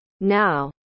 Now